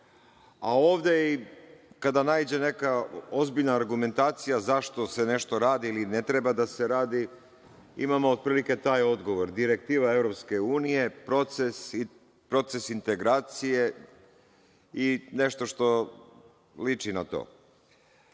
a ovde kada naiđe neka ozbiljna argumentacija zašto se nešto radi ili ne treba da se radi, imamo otprilike taj odgovor - direktiva EU, proces integracije i nešto što liči na to. Ja